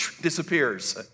disappears